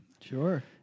sure